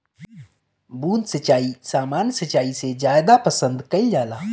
बूंद सिंचाई सामान्य सिंचाई से ज्यादा पसंद कईल जाला